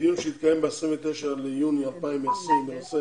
בדיון שהתקיים ב-29 ביוני 2020 בנושא